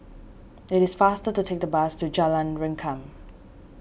it is faster to take the bus to Jalan Rengkam